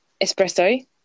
espresso